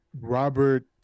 Robert